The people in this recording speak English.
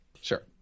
Sure